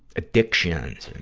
addictions and,